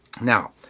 Now